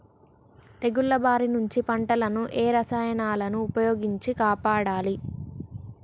తెగుళ్ల బారి నుంచి పంటలను ఏ రసాయనాలను ఉపయోగించి కాపాడాలి?